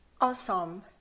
Awesome